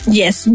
yes